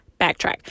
backtrack